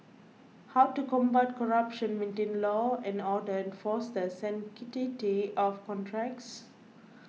how to combat corruption maintain law and order enforce the sanctity of contracts